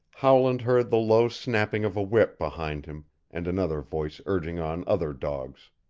howland heard the low snapping of a whip behind him and another voice urging on other dogs.